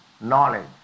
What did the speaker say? knowledge